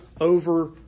over